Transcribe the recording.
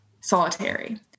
solitary